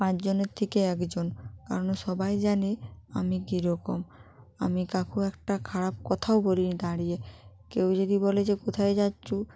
পাঁচজনের থেকে একজন কারণ সবাই জানে আমি কীরকম আমি কাউকে একটা খারাপ কথাও বলিনি দাঁড়িয়ে কেউ যদি বলে যে কোথায় যাচ্ছো